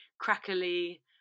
crackly